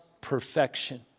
perfection